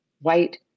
white